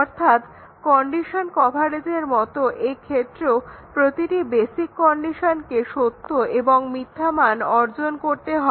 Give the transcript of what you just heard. অর্থাৎ কন্ডিশন কভারেজের মতো এক্ষেত্রেও প্রতিটি বেসিক কন্ডিশনকে সত্য এবং মিথ্যা মান অর্জন করতে হবে